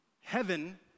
Heaven